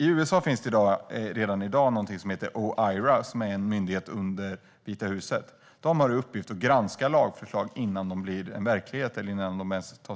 I USA finns i dag något som heter OiRA, en myndighet under Vita huset som har i uppgift att granska lagförslag innan de